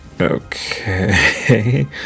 Okay